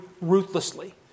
ruthlessly